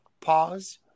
pause